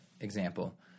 example